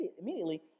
immediately